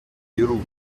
перу